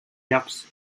llocs